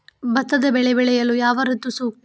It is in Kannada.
ಭತ್ತದ ಬೆಳೆ ಬೆಳೆಯಲು ಯಾವ ಋತು ಸೂಕ್ತ?